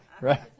right